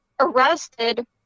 arrested